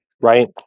Right